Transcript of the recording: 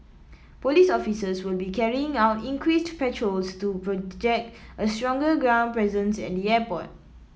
police officers will be carrying out increased patrols to project a stronger ground presence at the airport